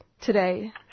today